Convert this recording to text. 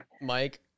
Mike